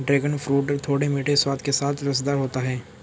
dragon fruit थोड़े मीठे स्वाद के साथ रसदार होता है